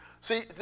See